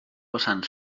vessant